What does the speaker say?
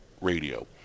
radio